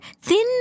thin